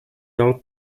dal